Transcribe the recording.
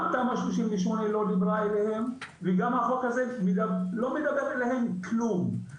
גם תמ"א 38 לא דיברה אליהם וגם החוק הזה לא מדבר אליהם כלום.